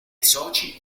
soci